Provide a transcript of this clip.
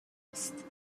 هست